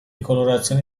colorazioni